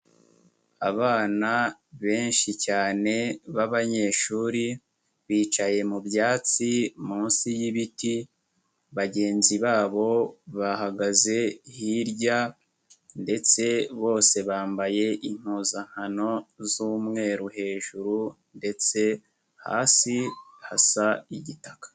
Abana benshi cyane b'abanyeshuri bicaye mu byatsi munsi y'ibiti bagenzi babo bahagaze hirya ndetse bose bambaye impuzankano z'umweru hejuru ndetse hasi hasa igitaka.